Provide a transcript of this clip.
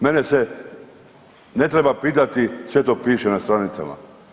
Mene se ne treba pitati sve to piše na stranicama.